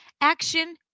Action